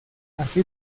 así